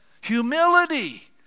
Humility